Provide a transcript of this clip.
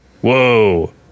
Whoa